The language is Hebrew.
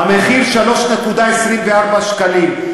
"המחיר 3.24 שקלים".